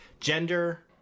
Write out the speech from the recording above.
gender